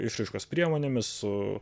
išraiškos priemonėmis su